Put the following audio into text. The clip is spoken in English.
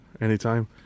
Anytime